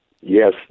Yes